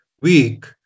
week